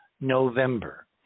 November